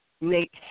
make